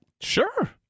Sure